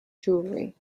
jewelry